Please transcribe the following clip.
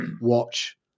watch